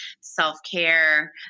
self-care